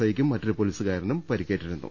ഐയ്ക്കും മറ്റൊരു പോലീസുകാരനും പരിക്കേറ്റിരുന്നു